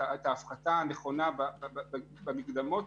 את ההפחתה הנכונה במקדמות,